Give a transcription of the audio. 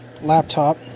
laptop